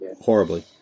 horribly